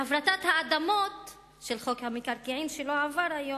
בהפרטת האדמות של חוק המקרקעין שלא עבר היום,